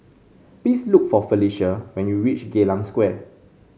please look for Felicia when you reach Geylang Square